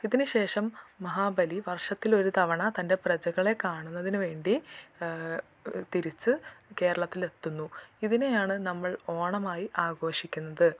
ഇതിന് ശേഷം മഹാബലി വർഷത്തിലൊരു തവണ തൻ്റെ പ്രജകളെ കാണുന്നതിന് വേണ്ടി തിരിച്ച് കേരളത്തിലെത്തുന്നു ഇതിനെയാണ് നമ്മൾ ഓണമായി ആഘോഷിക്കുന്നത്